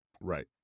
Right